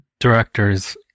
Directors